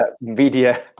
media